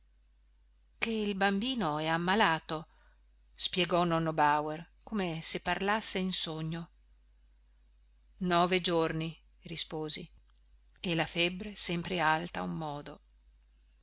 il bambino è ammalato spiegò nonno bauer come se parlasse in sogno nove giorni risposi e la febbre sempre alta a un modo